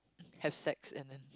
have sex and then